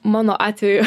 mano atveju